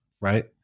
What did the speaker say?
right